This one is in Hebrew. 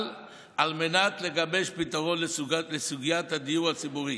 על מנת לגבש פתרון לסוגיית הדיור הציבורי